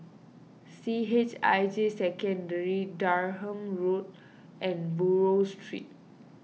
C H I J Secondary Durham Road and Buroh Street